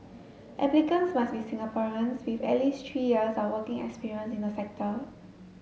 applicants must be Singaporeans with at least three years of working experience in the sector